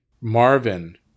Marvin